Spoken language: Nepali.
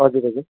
हजुर हजुर